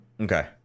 Okay